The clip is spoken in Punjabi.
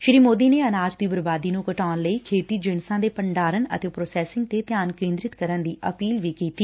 ਸ੍ਰੀ ਸੋਦੀ ਨੇ ਅਨਾਜ ਦੀ ਬਰਬਾਦੀ ਨੰ ਘਟਾਉਣ ਲਈ ਖੇਤੀ ਜਿਣਸਾਂ ਦੇਂ ਭੰਡਾਰਣ ਅਤੇ ਪ੍ਰੋਸੈਸੰਗ ਤੇ ਧਿਆਨ ਕੇਂਦਰਿਤ ਕਰਨ ਦੀ ਅਪੀਲ ਕੀਤੀ